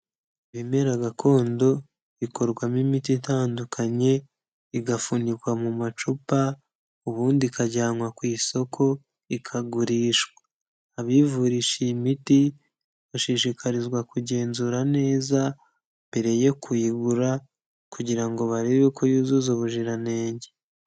Ibimera gakondo bikorwamo imiti itandukanye igafunikwa mu macupa ubundi ikajyanwa ku isoko ikagurishwa, abivurisha iyi miti bashishikarizwa kugenzura neza mbere yo kuyigura, kugira ngo barebe ko yujuje ubuziranenge.